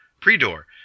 Pre-door